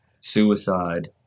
suicide